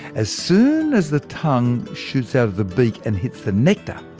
as soon as the tongue shoots out of the beak, and hits the nectar,